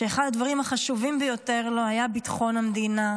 שאחד הדברים החשובים ביותר לו היה ביטחון המדינה,